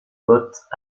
bottes